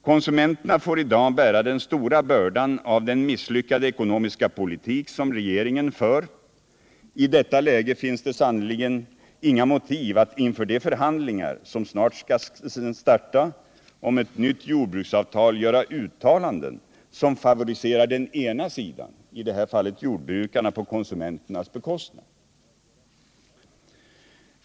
Konsumenterna får i dag bära den stora bördan av den misslyckade ekonomiska politik som regeringen för. I detta läge finns det sannerligen inga motiv att inför de förhandlingar om ett nytt jordbruksavtal, som snart skall starta, göra uttalanden som favoriserar jordbrukarna på konsumenternas bekostnad.